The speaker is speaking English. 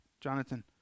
Jonathan